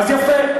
יפה.